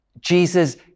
Jesus